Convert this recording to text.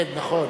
כן, נכון,